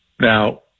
now